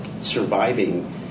surviving